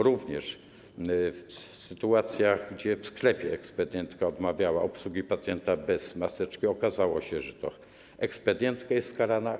Również w sytuacji gdy w sklepie ekspedientka odmawiała obsługi pacjenta bez maseczki, okazywało się, że to ekspedientka była karana.